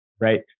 right